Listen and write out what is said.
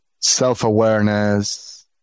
self-awareness